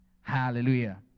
Hallelujah